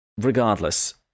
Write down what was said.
regardless